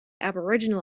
aboriginal